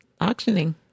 auctioning